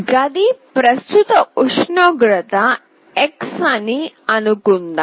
గది ప్రస్తుత ఉష్ణోగ్రత x అని అనుకుందాం